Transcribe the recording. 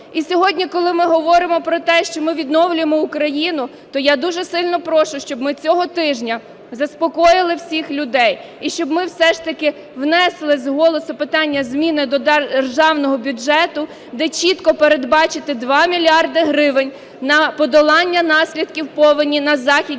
І сьогодні, коли ми говоримо про те, що ми відновлюємо Україну, то я дуже сильно прошу, щоб ми цього тижня заспокоїли всіх людей, і щоб ми все ж таки внесли з голосу питання зміни до Державного бюджету, де чітко передбачити 2 мільярда гривень на подолання наслідків повені на Західній